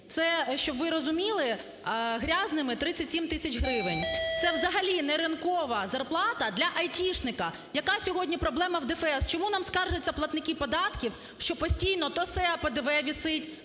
це, щоб ви розуміли, грязними 37 тисяч гривень, це взагалі неринкова зарплата для айтішника. Яка сьогодні проблема в ДФС? Чому нам скаржаться платники податків, що постійно то СЕА ПДВ висить,